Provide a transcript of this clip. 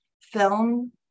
film